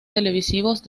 televisivos